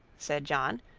said john,